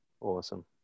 Awesome